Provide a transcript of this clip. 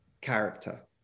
character